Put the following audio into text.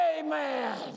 Amen